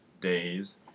days